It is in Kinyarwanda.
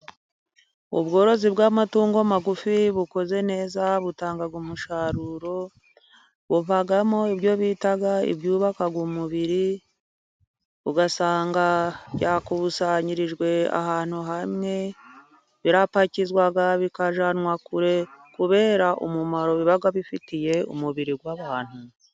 Ubworozi bw'amatungo magufi bukoze neza butanga umusaruro, buvamo ibyo bita ibyubaka umubiri, ugasanga byakusanyirijwe ahantu hamwe, birapakizwa bikajyanwa kure kubera umumaro biba bifitiye umubiri wa abantu.